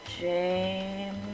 James